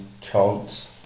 chance